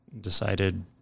decided